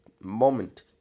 moment